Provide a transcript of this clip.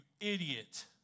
idiot